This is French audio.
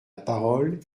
parole